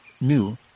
new